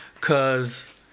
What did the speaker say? cause